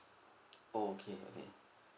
oh okay okay